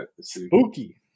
Spooky